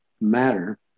matter